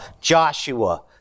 Joshua